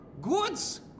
Goods